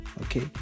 Okay